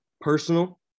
personal